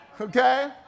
Okay